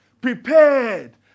Prepared